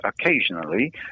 occasionally